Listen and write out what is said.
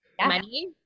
money